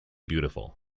beautiful